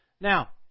Now